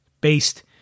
based